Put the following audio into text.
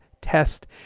test